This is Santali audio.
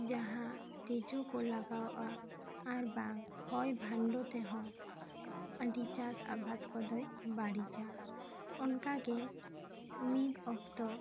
ᱡᱟᱦᱟᱸ ᱛᱤᱡᱩ ᱠᱚ ᱞᱟᱜᱟᱣ ᱟ ᱟᱨ ᱵᱟᱝ ᱦᱚᱭ ᱵᱷᱟᱱᱰᱚ ᱛᱮᱦᱚᱸ ᱟᱹᱰᱤ ᱪᱟᱥ ᱟᱵᱟᱫᱽ ᱠᱚᱫᱚᱭ ᱵᱟᱹᱲᱤᱡᱟ ᱚᱱᱠᱟ ᱜᱮ ᱢᱤᱫ ᱚᱠᱛᱚ